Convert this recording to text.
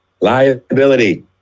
Liability